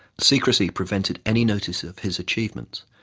secrecy prevented any notice of his achievements,